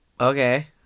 Okay